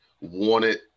wanted